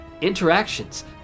interactions